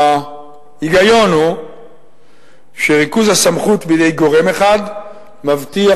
ההיגיון הוא שריכוז הסמכות בידי גורם אחד מבטיח